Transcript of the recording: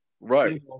Right